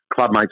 Clubmates